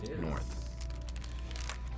north